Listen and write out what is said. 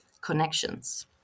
connections